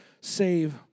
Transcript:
save